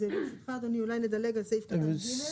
אז ברשותך אדוני אולי נדלג על סעיף קטן ג'.